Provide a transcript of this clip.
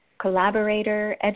collaborator